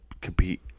compete